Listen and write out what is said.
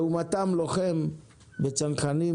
לעומתם לוחם בצנחנים,